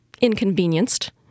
inconvenienced